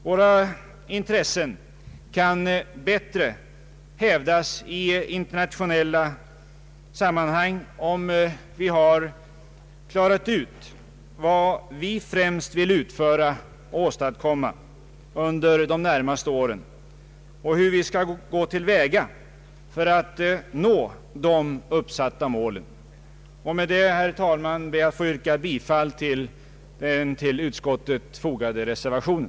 Våra intressen kan bättre hävdas i internationella sammanhang, om vi har klarat ut vad vi främst vill utföra under de närmaste åren och hur vi skall gå till väga för att nå de uppsatta målen. Med dessa ord, herr talman, ber jag att få yrka bifall till den vid utskottets utlåtande fogade reservationen.